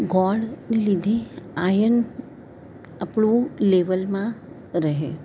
ગોળને લીધે આયર્ન આપણું લેવલમાં રહે